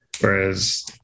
Whereas